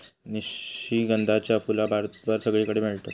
निशिगंधाची फुला भारतभर सगळीकडे मेळतत